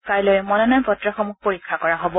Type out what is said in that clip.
কাইলৈ মনোনয়ন পত্ৰসমূহ পৰীক্ষা কৰা হ'ব